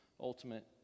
ultimate